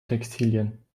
textilien